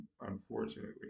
unfortunately